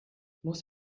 muss